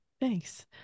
Thanks